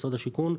משרד השיכון.